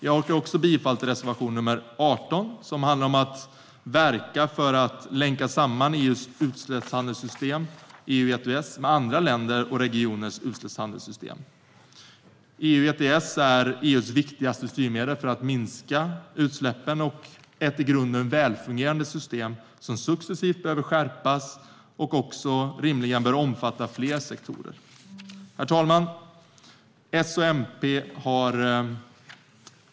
Jag yrkar också bifall till reservation nr 18, som handlar om att verka för att länka samman EU:s system för handel med utsläppsrätter, EU ETS, med andra länders och regioners utsläppshandelssystem. EU ETS är EU:s viktigaste styrmedel för minskade utsläpp och är ett i grunden välfungerande system som successivt behöver skärpas och också bör omfatta fler sektorer. Herr talman!